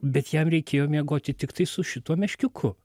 bet jam reikėjo miegoti tiktai su šituo meškiuku